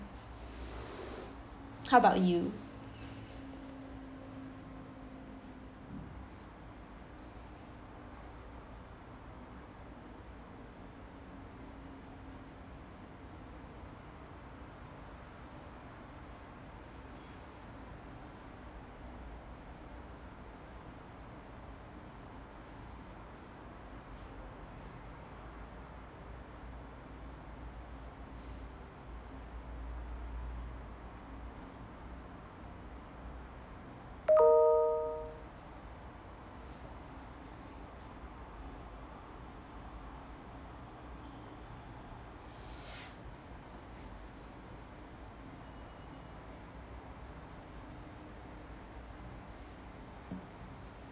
how about you